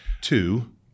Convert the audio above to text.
Two